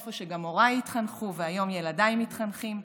איפה שגם הוריי התחנכו והיום ילדיי מתחנכים.